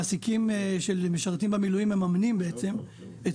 מעסיקים של משרתי מילואים בעצם מממנים את